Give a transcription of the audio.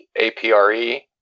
APRE